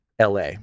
LA